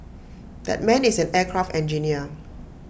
that man is an aircraft engineer